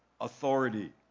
authority